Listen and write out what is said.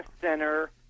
center